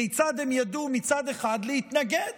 כיצד הם ידעו מצד אחד להתנגד,